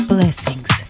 Blessings